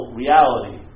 reality